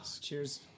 Cheers